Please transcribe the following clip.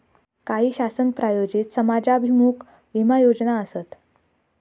काही शासन प्रायोजित समाजाभिमुख विमा योजना आसत